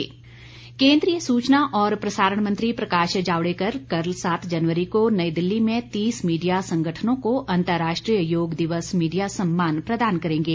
media सम्मान केन्द्रीय सूचना और प्रसारण मंत्री प्रकाश जावडेकर कल सात जनवरी को नई दिल्ली में तीस मीडिया संगठनों को अंतर्राष्ट्रीय योग दिवस मीडिया सम्मान प्रदान करेंगे